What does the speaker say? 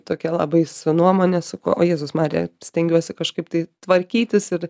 tokia labai su nuomone sakau o jėzus marija stengiuosi kažkaip tai tvarkytis ir